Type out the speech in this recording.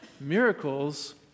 Miracles